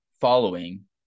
following